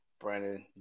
Brandon